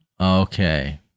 okay